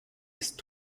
ist